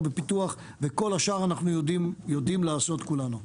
ואת כל השאר אנחנו יודעים לעשות כולנו.